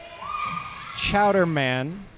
Chowderman